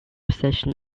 position